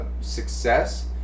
success